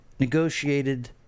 negotiated